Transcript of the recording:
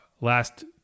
last